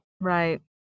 Right